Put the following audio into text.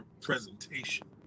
presentation